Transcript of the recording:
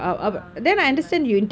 uh freelance